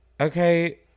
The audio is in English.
Okay